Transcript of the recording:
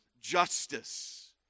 justice